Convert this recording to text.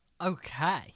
Okay